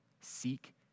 Seek